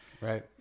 Right